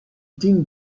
din